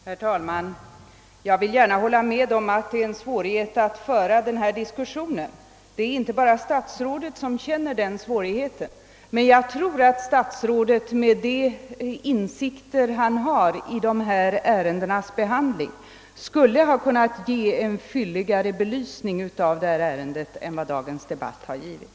Herr talman! Jag vill gärna hålla med om att det är svårt att föra denna diskussion. Det är inte bara statsrådet som känner den svårigheten, men jag tror att statsrådet med de insikter han har i dessa ärendens behandling skulle ha kunnat ge en fullständigare belysning av problemen än vad han i dagens debatt har givit.